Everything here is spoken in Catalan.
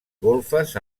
golfes